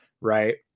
right